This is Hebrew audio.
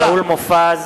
(קורא בשמות